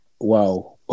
Wow